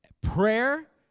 prayer